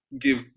give